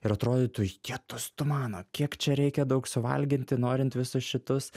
ir atrodytų jetus tu mano kiek čia reikia daug suvalgyti norint visus šitus